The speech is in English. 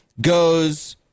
goes